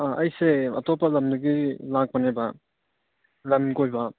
ꯑꯩꯁꯦ ꯑꯇꯣꯞꯄ ꯂꯝꯗꯒꯤ ꯂꯥꯛꯄꯅꯦꯕ ꯂꯝ ꯀꯣꯏꯕ